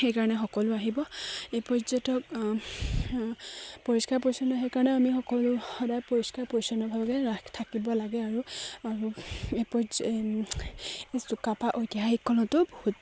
সেইকাৰণে সকলো আহিব এই পৰ্যটক পৰিষ্কাৰ পৰিচ্ছন্ন সেইকাৰণে আমি সকলো সদায় পৰিষ্কাৰ পৰিচ্ছন্নভাৱে ৰাখ থাকিব লাগে আৰু আৰু এই পৰ্য এই চুকাফা ঐতিহাসিকখনতো বহুত